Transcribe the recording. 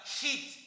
heat